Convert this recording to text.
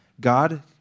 God